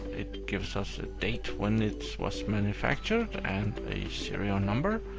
it gives us a date when it was manufactured and a serial number,